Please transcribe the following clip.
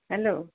hello